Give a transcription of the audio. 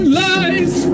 lies